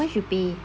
how much you pay